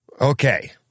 Okay